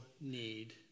need